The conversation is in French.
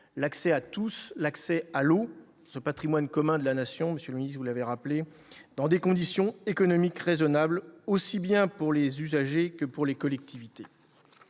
l'accès de tous à l'eau, patrimoine commun de la Nation, comme M. le ministre d'État l'a souligné, dans des conditions économiques raisonnables, aussi bien pour les usagers que pour les collectivités